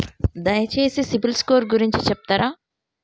దయచేసి సిబిల్ స్కోర్ గురించి చెప్తరా?